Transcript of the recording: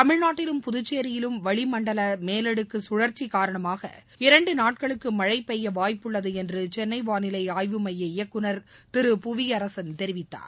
தமிழ்நாட்டிலும் புதுச்சேரியிலும் வளிமண்டல மேலடுக்கு சுழற்சி காரணமாக இரண்டு நாட்களுக்கு மழை பெய்ய வாய்ப்புள்ளது என்று சென்னை வானிலை ஆய்வு மைய இயக்குநர் திரு புவியரசன் தெரிவித்தார்